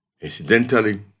Incidentally